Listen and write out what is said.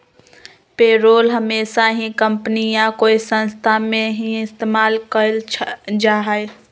payroll हमेशा ही company या कोई संस्था में ही इस्तेमाल कइल जाहई